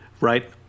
Right